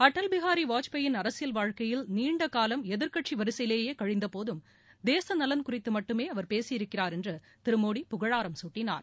அடல் பிகாரி வாத்பாயின் அரசியல் வாழ்க்கையில் நீண்ட காலம் எதிர்கட்சி வரிசையிலேயே கழிந்தபோதும் தேச நலன் குறித்து மட்டுமே அவர் பேசியிருக்கிறார் என்று திரு மோடி புகழாரம் சூட்டினார்